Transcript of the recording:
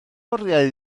oriau